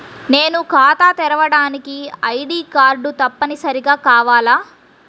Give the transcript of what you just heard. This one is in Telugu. నేను ఖాతా తెరవడానికి ఐ.డీ కార్డు తప్పనిసారిగా కావాలా?